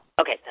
Okay